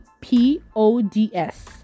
P-O-D-S